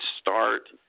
start